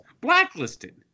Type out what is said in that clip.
blacklisted